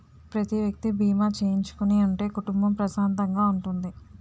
ప్రతి వ్యక్తి బీమా చేయించుకుని ఉంటే కుటుంబం ప్రశాంతంగా ఉంటుంది